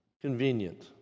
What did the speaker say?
convenient